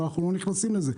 אבל אנחנו לא נכנסים לזה,